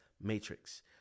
matrix